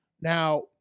Now